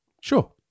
sure